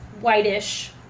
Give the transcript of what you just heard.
whitish